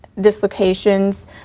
dislocations